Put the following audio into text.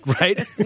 right